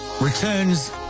returns